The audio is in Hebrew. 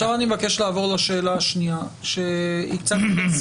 אני מבקש לעבור לשאלה השנייה שהצגתי לכם,